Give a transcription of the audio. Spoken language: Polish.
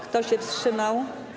Kto się wstrzymał?